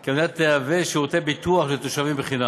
כי המדינה תשמש שירותי ביטוח לתושבים חינם.